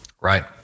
Right